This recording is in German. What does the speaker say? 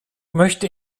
möchte